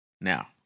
now